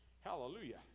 Hallelujah